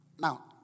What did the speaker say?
Now